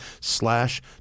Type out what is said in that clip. slash